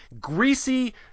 greasy